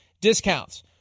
discounts